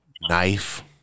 knife